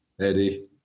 Eddie